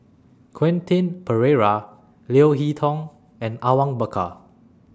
Quentin Pereira Leo Hee Tong and Awang Bakar